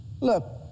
Look